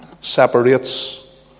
separates